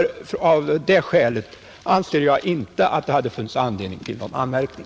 Av det skälet anser jag att det inte finns anledning till någon anmärkning.